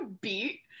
beat